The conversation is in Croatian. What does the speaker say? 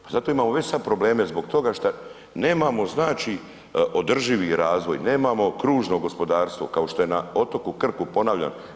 Pa zato imamo već sad probleme zbog toga što nemamo znači održivi razvoj, nemamo kružno gospodarstvo, kao što je na otoku Krku, ponavljam.